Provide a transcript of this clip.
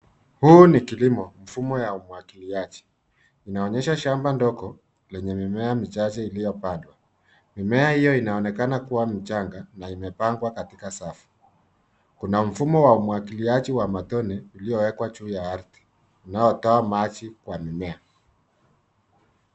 Huu ni kilimo, mfumo ya umwagiliaji. Inaonyesha shamba ndogo lenye mimea michache iliyopandwa. Mimea hio inaonekana kuwa mchanga na imepangwa katika safu. Kuna mfumo wa umwagiliaji wa matone uliowekwa juu ya ardhi, unaotoa maji kwa mimea.